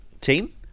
team